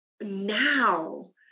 Now